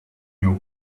your